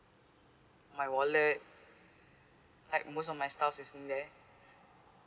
my wallet like most of my stuff is in there